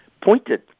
pointed